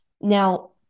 Now